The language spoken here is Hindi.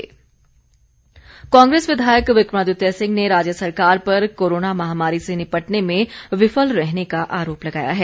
विक्रमादित्य कांग्रेस विधायक विक्रमादित्य सिंह ने राज्य सरकार पर कोरोना महामारी से निपटने में विफल रहने का आरोप लगाया है